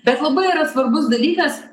bet labai yra svarbus dalykas